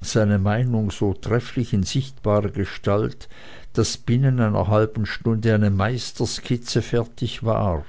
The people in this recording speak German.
seine meinung so trefflich in sichtbare gestalt daß binnen einer halben stunde eine meisterskizze fertig war